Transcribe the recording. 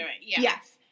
Yes